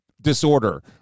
disorder